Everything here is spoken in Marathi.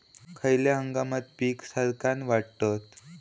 खयल्या हंगामात पीका सरक्कान वाढतत?